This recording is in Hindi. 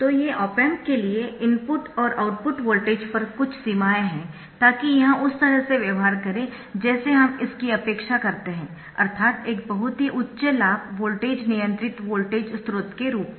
तो ये ऑप एम्प के लिए इनपुट और आउटपुट वोल्टेज पर कुछ सीमाएँ है ताकि यह उस तरह से व्यवहार करे जैसे हम इसकी अपेक्षा करते है अर्थात एक बहुत ही उच्च लाभ वोल्टेज नियंत्रित वोल्टेज स्रोत के रूप में